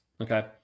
Okay